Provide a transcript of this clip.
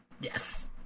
Yes